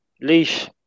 leash